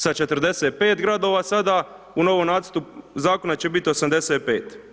Sa 45 gradova sada, u novom nacrtu zakona će biti 85.